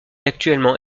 actuellement